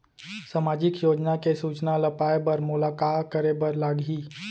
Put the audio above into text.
सामाजिक योजना के सूचना ल पाए बर मोला का करे बर लागही?